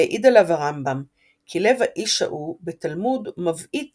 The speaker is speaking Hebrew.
והעיד עליו הרמב"ם "כי לב האיש ההוא בתלמוד מבעית